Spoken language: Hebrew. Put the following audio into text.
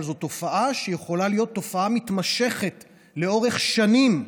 אבל זו תופעה שיכולה להיות תופעה מתמשכת לאורך שנים,